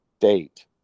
date